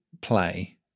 play